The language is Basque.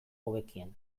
hobekien